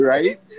Right